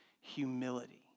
humility